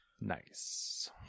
Nice